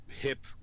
Hip